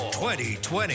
2020